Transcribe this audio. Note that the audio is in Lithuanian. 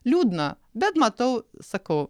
liūdna bet matau sakau